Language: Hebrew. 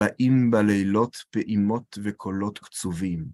באים בלילות פעימות וקולות קצובים.